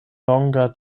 longa